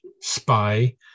spy